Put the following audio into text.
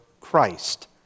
Christ